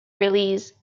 release